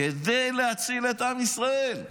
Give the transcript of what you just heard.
כדי להציל את עם ישראל.